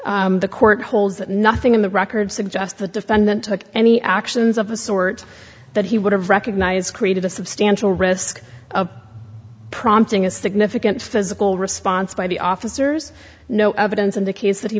the court holds that nothing in the record suggests the defendant took any actions of a sort that he would have recognized created a substantial risk prompting a significant physical response by the officers no evidence indicates that he